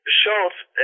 Schultz